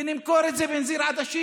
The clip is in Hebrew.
ונמכור את זה בנזיד עדשים,